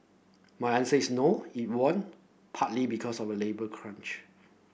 my answer is no it won't partly because of the labour crunch